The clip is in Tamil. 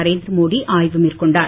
நரேந்திர மோடி ஆய்வு மேற்கொண்டார்